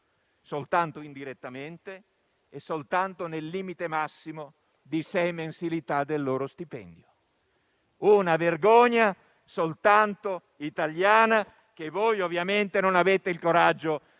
soltanto indirettamente e nel limite massimo di sei mensilità del loro stipendio: è una vergogna soltanto italiana, che voi ovviamente non avete il coraggio